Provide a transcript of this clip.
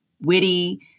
witty